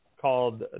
called